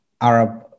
Arab